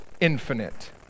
infinite